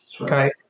okay